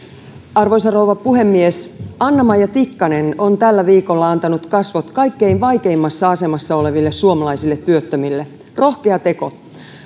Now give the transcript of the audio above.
arvoisa rouva puhemies anna maija tikkanen on tällä viikolla antanut kasvot kaikkein vaikeimmassa asemassa oleville suomalaisille työttömille rohkea teko